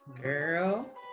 girl